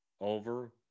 over